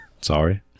Sorry